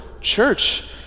church